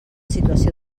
situació